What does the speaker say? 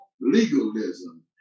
legalism